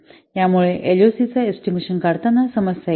यामुळे एसएलओसीचा एस्टिमेशन काढताना समस्या येत आहेत